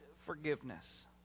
forgiveness